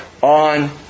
on